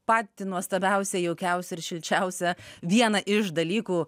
patį nuostabiausią jaukiausią ir šilčiausią vieną iš dalykų